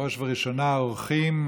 בראש ובראשונה האורחים,